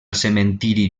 cementiri